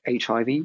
HIV